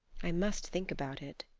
i must think about it.